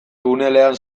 tunelean